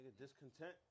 Discontent